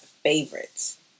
favorites